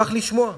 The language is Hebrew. אשמח לשמוע.